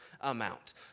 amount